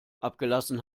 abgelassen